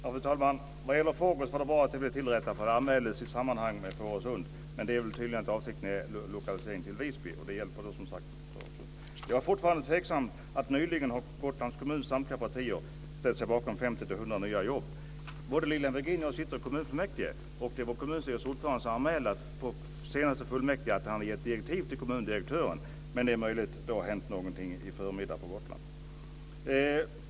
Fru talman! När det gäller FORGUS var det bra att det blev tillrättat, för det anmäldes i samband med Fårösund. Men avsikten är tydligen lokalisering till Visby. Och det hjälper som sagt inte Fårösund. Jag är fortfarande tveksam till att Gotlands kommuns samtliga partier nyligen har ställt sig bakom 50-100 nya jobb. Både Lilian Virgin och jag sitter i kommunfullmäktige, och kommunstyrelsens ordförande anmälde på det senaste fullmäktigesammanträdet att han har gett direktiv till kommundirektören. Men det är möjligt att det har hänt något på Gotland under förmiddagen.